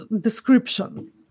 description